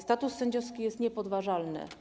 Status sędziowski jest niepodważalny.